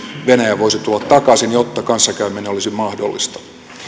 venäjä voisi tulla takaisin jotta kanssakäyminen olisi mahdollista